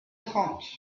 trente